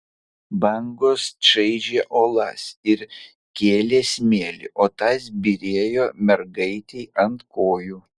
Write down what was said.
bangos čaižė uolas ir kėlė smėlį o tas byrėjo mergaitei ant kojų